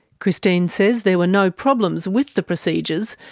christine says there were no problems with the procedures,